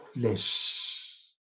flesh